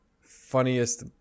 funniest